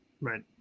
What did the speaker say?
Right